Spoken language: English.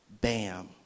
Bam